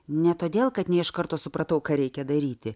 ne todėl kad ne iš karto supratau ką reikia daryti